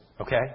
okay